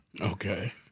Okay